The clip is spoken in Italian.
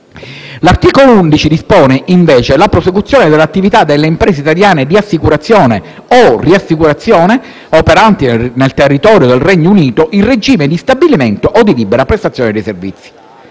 L'articolo 11 dispone invece la prosecuzione dell'attività delle imprese italiane di assicurazione o riassicurazione operanti nel territorio del Regno Unito in regime di stabilimento o di libera prestazione dei servizi.